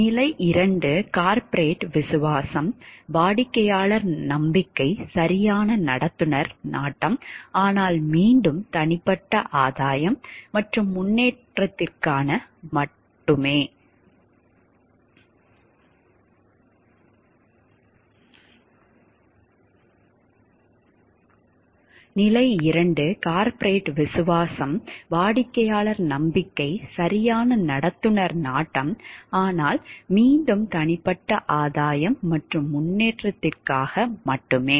நிலை 2 கார்ப்பரேட் விசுவாசம் வாடிக்கையாளர் நம்பிக்கை சரியான நடத்துனர் நாட்டம் ஆனால் மீண்டும் தனிப்பட்ட ஆதாயம் மற்றும் முன்னேற்றத்திற்காக மட்டுமே